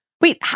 Wait